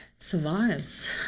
survives